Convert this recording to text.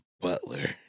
butler